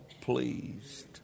pleased